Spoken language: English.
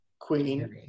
Queen